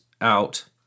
out